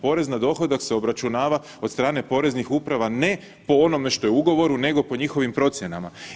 Porez na dohodak se obračunava od strane poreznih uprava ne po onome što je u ugovora nego po njihovim procjenama.